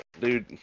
Dude